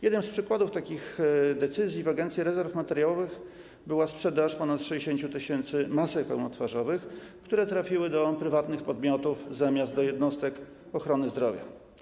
Jednym z przykładów takich decyzji w Agencji Rezerw Materiałowych była sprzedaż ponad 60 tys. masek pełnotwarzowych, które trafiły do prywatnych podmiotów zamiast do jednostek ochrony zdrowia.